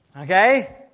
Okay